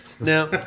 Now